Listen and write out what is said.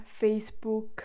facebook